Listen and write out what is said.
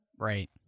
Right